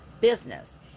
business